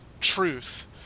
truth